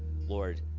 Lord